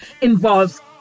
involves